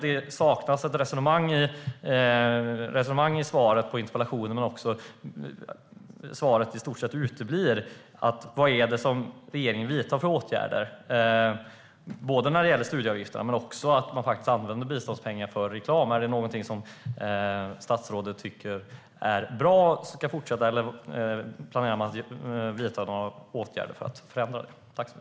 Det saknades ett resonemang i statsrådets svar på interpellationen, och dessutom uteblev i stort sett svaret om vilka åtgärder regeringen vidtar i fråga om studieavgifterna och att biståndspengar används för reklam. Är det något som statsrådet tycker är bra och ska fortsätta, eller kommer åtgärder att vidtas för att förändra situationen?